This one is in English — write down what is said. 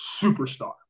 superstar